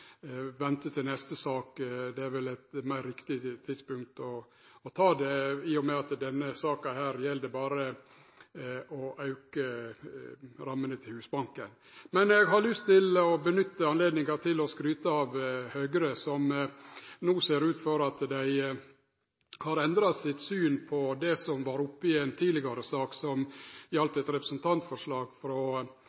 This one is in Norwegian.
vente til neste sak, det er eit meir riktig tidspunkt å ta det, i og med at denne saka berre gjeld å auke rammene til Husbanken. Men eg har lyst til å nytte anledninga til å skryte av Høgre, som no ser ut for å ha endra sitt syn på det som var oppe i ei tidlegare sak, som